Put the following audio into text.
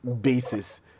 basis